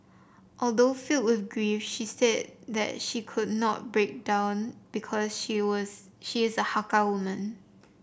although filled with grief she said that she could not break down because she was she is a Hakka woman